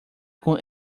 con